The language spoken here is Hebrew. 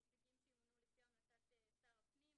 נציגים שימונו לפי המלצת שר הפנים,